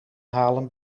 halen